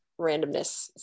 randomness